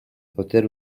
poter